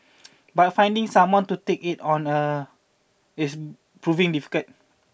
but finding someone to take it on a is proving difficult